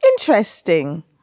Interesting